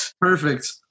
Perfect